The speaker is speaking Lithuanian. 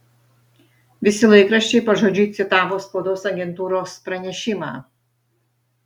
visi laikraščiai pažodžiui citavo spaudos agentūros pranešimą